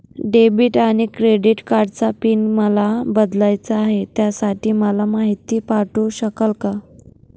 Debit आणि credit कार्डचा PIN मला बदलायचा आहे, त्यासाठी मला माहिती पाठवू शकाल का?